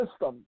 system